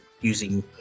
using